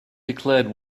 declared